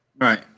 Right